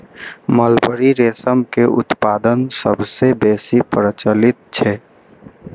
mulberry रेशम के उत्पादन सबसं बेसी प्रचलित छै